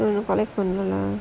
collect பண்ணணும்ல:pannanumla